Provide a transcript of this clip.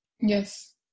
yes